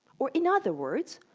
or, in other words,